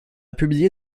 publié